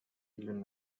میلیون